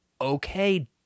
okay